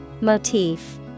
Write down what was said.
Motif